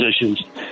positions